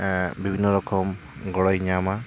ᱵᱤᱵᱷᱤᱱᱚ ᱨᱚᱠᱚᱢ ᱜᱚᱲᱚᱭ ᱧᱟᱢᱟ